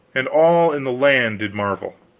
and all in the land did marvel.